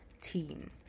team